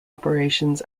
operations